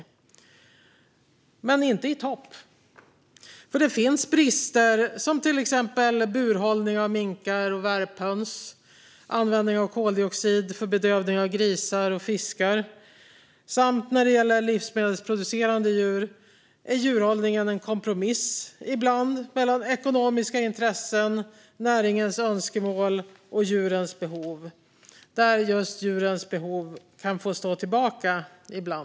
Men Sverige var inte i topp, för det finns brister, till exempel när det gäller burhållning av minkar och värphöns och användning av koldioxid för bedövning av grisar och fiskar. När det gäller livsmedelsproducerande djur är djurhållningen dessutom ibland en kompromiss mellan ekonomiska intressen, näringens önskemål och djurens behov, där just djurens behov ibland kan få stå tillbaka.